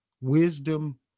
wisdom